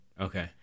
Okay